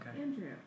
Andrew